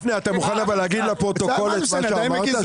גפני, אתה מוכן להגיד לפרוטוקול את מה שאמרת?